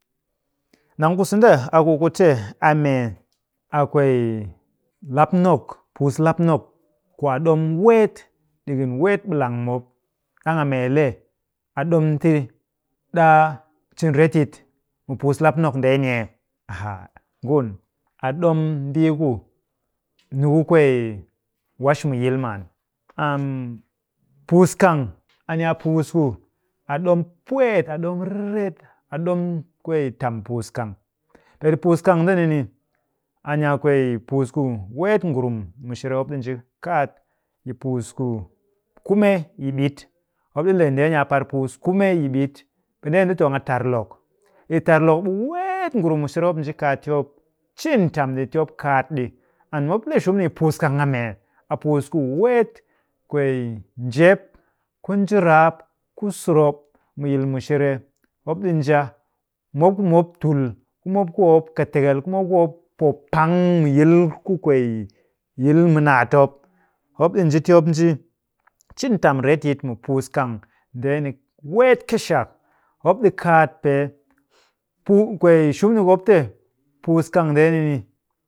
Nang ku sende, a ku kute a mee a kwee lapnok, puus lapnok ku a ɗom weet ɗikin weet ɓilang mop. Ɗang a mee le a ɗom ti ɗaa cin retyit mu puus lapnok ndeeni ee? Hah ngun, a ɗom mbii ku niku kwee wash mu yil maan. puus kang, a ni a puus ku a ɗom pwet, a ɗom riret. A ɗom kwee tam puus kang. Peeɗi puus kang ndeni ni, a ni a kwee puus ku weet ngurum mushere mop ɗi nji kaat yi puus ku kume yi ɓit. Mop ɗi le ndeeni a par puus kume yi ɓit. Ɓe ndeeni ɗi tong a tar lok. Yi tar lok ɓe weet ngurum mushere mop nji kaat ti mop cin tam ɗi, ti mop kaat ɗi. And mop le shum ni yi puus kang a mee? A puus ku weet kwee njep, ku njiraap, ku sɨrop mu yil mushere mop ɗi njia. Mop ku mop tul, ku mop kɨ tekel, ku mop ku mop poopang mu yil ku kwee, yil mu naat mop, mop ɗi nji ti mop nji cin tam retyit mu puus kang ndeeni weet kɨshak. Mop ɗi kaat pee. Puu-kwee shumni ku mop te puus kang ndeeni ni